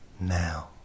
now